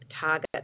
target